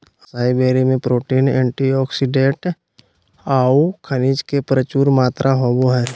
असाई berry में protein, antioxidant औऊ खनिज के प्रचुर मात्रा होबो हइ